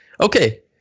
Okay